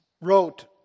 wrote